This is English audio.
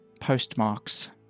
postmarks